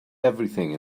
everything